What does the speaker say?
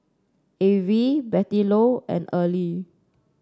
Avie Bettylou and Early